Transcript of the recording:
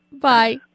Bye